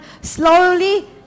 Slowly